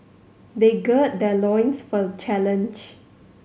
they gird their loins for the challenge